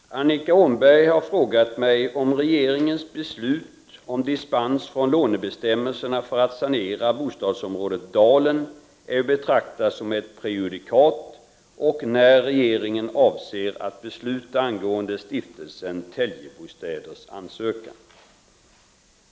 Herr talman! Annika Åhnberg har frågat mig om regeringens beslut om dispens från lånebestämmelserna för att sanera bostadsområdet Dalen är att betrakta som ett prejudikat och när regeringen avser att besluta angående stiftelsen Telgebostäders ansökan.